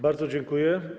Bardzo dziękuję.